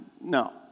No